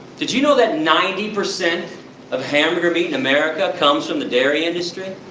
did you know that ninety percent of hamburger meat in america comes from the dairy industry?